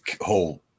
whole